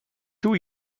two